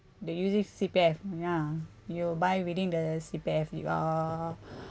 the using C_P_F ya you buy within the C_P_F you uh